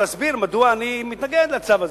להסביר מדוע אני מתנגד לצו הזה.